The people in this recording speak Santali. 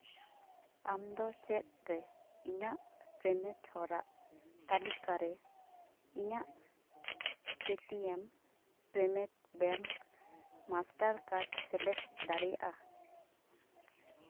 ᱟᱢ ᱫᱚ ᱪᱮᱫᱨᱮ ᱤᱧᱟᱜ ᱯᱮᱢᱮᱱᱴ ᱦᱚᱨᱟ ᱛᱟᱞᱤᱠᱟᱨᱮ ᱤᱧᱟᱹᱜ Paytm payment bank Mastercard ᱥᱮᱞᱮᱫ ᱫᱟᱲᱮᱭᱟᱜᱼᱟ